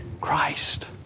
Christ